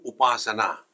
Upasana